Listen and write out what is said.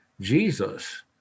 Jesus